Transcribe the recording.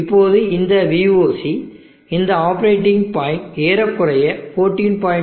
இப்போது இந்த VOC இந்த ஆப்பரேட்டிங் பாயிண்ட் ஏறக்குறைய 14